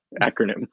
acronym